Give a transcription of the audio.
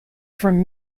from